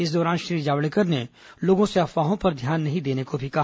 इस दौरान श्री जावड़ेकर ने लोगों से अफवाहों पर ध्यान नहीं देने को भी कहा